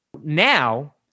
now